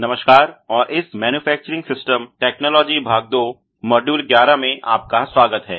नमस्कार और इस मैनुफेक्चुरिंग सिस्टम टेक्नालजी भाग दो मॉड्यूल 11 में आपका स्वागत है